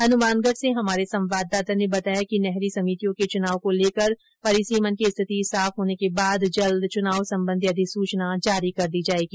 हनुमानगढ से हमारे संवाददाता ने बताया कि नहरी समितियों के चूनाव को लेकर परिसिमन की स्थिति साफ होने के बाद जल्द चूनाव संबंधी अधिसुचना जारी कर दी जाएगी